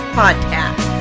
podcast